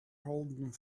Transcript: holding